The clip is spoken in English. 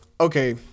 okay